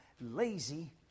lazy